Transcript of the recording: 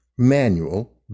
manual